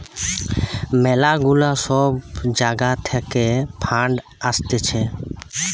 ম্যালা গুলা সব জাগা থাকে ফান্ড আসতিছে